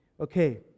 Okay